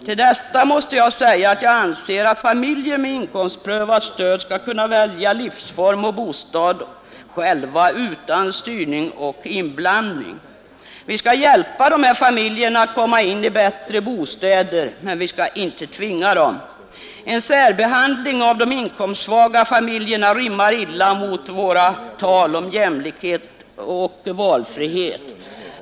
Till detta måste jag säga att jag anser att familjer med inkomstprövat stöd skall kunna välja livsform och bostad själva utan styrning och inblandning. Vi skall hjälpa dessa familjer till bättre bostäder, men vi skall inte tvinga dem. En särbehandling av de inkomstsvaga familjerna rimmar ilia med vårt tal om jämlikhet och valfrihet.